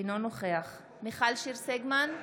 אינו נוכח מיכל שיר סגמן,